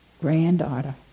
granddaughter